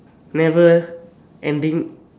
never ending